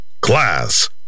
Class